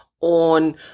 on